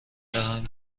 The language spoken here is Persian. دهم